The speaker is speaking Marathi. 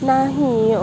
नाही